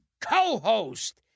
co-host